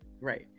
Right